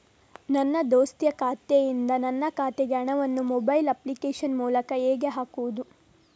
ನನ್ನ ದೋಸ್ತಿಯ ಖಾತೆಯಿಂದ ನನ್ನ ಖಾತೆಗೆ ಹಣವನ್ನು ಮೊಬೈಲ್ ಅಪ್ಲಿಕೇಶನ್ ಮೂಲಕ ಹೇಗೆ ಹಾಕುವುದು?